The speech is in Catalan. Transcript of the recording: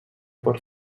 per